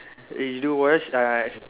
eh you do watch uh